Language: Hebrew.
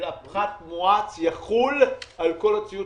שהפחת המואץ יחול על כל הציוד